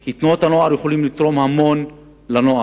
כי תנועות הנוער יכולות לתרום המון לנוער.